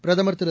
பிரதம் திரு